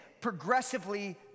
progressively